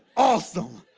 awesome.